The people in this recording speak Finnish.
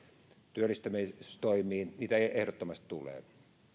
työllistämistoimiin niitä ehdottomasti tulee